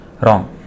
Wrong